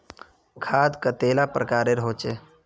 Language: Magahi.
खाद कतेला प्रकारेर होचे?